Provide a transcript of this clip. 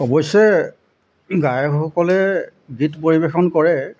অৱশ্যে গায়কসকলে গীত পৰিৱেশন কৰে